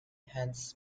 hands